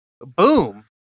Boom